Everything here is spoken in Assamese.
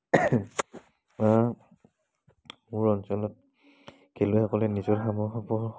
মোৰ অঞ্চলত খেলুৱৈসকলে নিজৰ সময়সমূহ